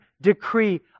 decree